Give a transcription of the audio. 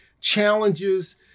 challenges